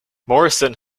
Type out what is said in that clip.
morrison